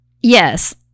yes